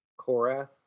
Korath